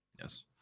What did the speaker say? Yes